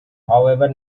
however